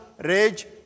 rage